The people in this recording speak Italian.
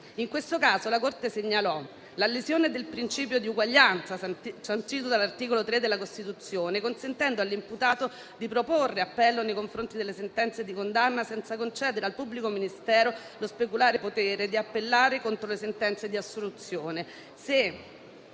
n° 26) la Corte segnalò: la lesione del principio di eguaglianza, sancito dall'art. 3 Cost. (consentendo all'imputato di proporre appello nei confronti delle sentenze di condanna senza concedere al pubblico ministero lo speculare potere di appellare contro «le sentenze di assoluzione»,